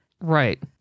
right